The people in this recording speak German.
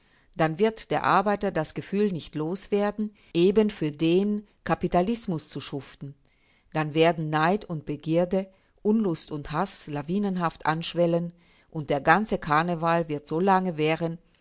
dann wird der arbeiter das gefühl nicht los werden eben für den kapitalismus zu schuften dann werden neid und begierde unlust und haß lawinenhaft anschwellen und der ganze karneval wird so lange währen